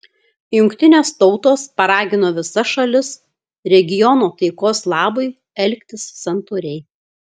jungtinės tautos paragino visas šalis regiono taikos labui elgtis santūriai